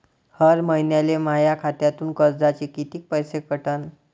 हर महिन्याले माह्या खात्यातून कर्जाचे कितीक पैसे कटन?